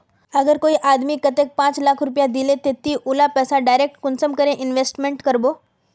अगर कोई आदमी कतेक पाँच लाख रुपया दिले ते ती उला पैसा डायरक कुंसम करे इन्वेस्टमेंट करबो?